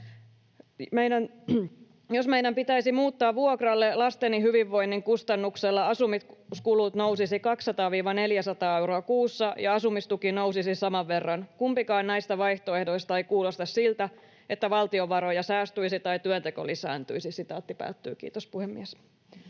Jos meidän pitäisi muuttaa vuokralle lasteni hyvinvoinnin kustannuksella, asumiskulut nousisivat 200—400 euroa kuussa ja asumistuki nousisi saman verran. Kumpikaan näistä vaihtoehdoista ei kuulosta siltä, että valtion varoja säästyisi tai työnteko lisääntyisi.” — Kiitos, puhemies.